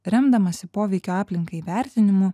remdamasi poveikio aplinkai vertinimu